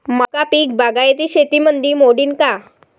मका पीक बागायती शेतीमंदी मोडीन का?